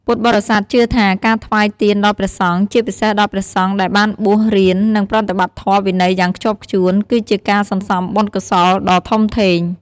ពុទ្ធបរិស័ទជឿថា ការថ្វាយទានដល់ព្រះសង្ឃ ជាពិសេសដល់ព្រះសង្ឃដែលបានបួសរៀន និងប្រតិបត្តិធម៌វិន័យយ៉ាងខ្ជាប់ខ្ជួន គឺជាការសន្សំបុណ្យកុសលដ៏ធំធេង។